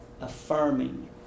affirming